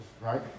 right